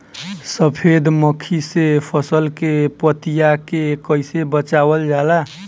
सफेद मक्खी से फसल के पतिया के कइसे बचावल जाला?